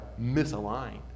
misaligned